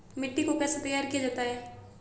मिट्टी को कैसे तैयार किया जाता है?